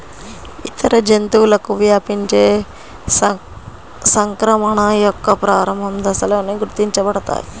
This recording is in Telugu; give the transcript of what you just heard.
ఇతర జంతువులకు వ్యాపించే సంక్రమణ యొక్క ప్రారంభ దశలలో గుర్తించబడతాయి